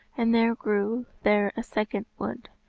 and there grew there a second wood,